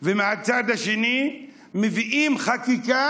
ומהצד השני מביאים חקיקה